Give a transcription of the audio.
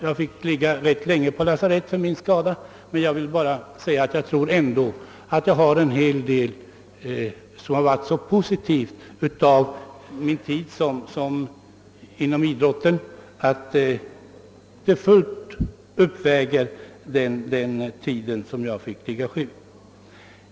Jag fick ligga ganska länge på lasarettet för min skada, men jag vill bara säga att jag ändå tror att en hel del av min tid inom idrotten har varit så positiv att det fullt uppväger den tid som jag fick ligga sjuk.